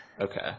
Okay